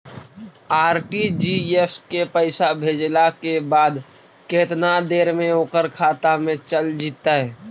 RTGS से पैसा भेजला के बाद केतना देर मे ओकर खाता मे चल जितै?